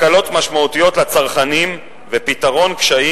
הקלות משמעותיות לצרכנים ופתרון קשיים